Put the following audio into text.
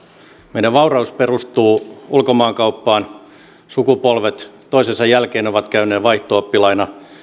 meidän vaurautemme perustuu ulkomaankauppaan sukupolvet toisensa jälkeen ovat käyneet vaihto oppilaina